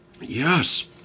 Yes